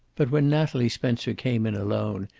but when natalie spencer came in alone,